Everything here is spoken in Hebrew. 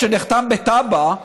שנחתם בטאבה,